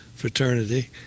fraternity